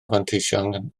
fanteision